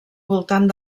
voltant